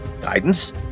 guidance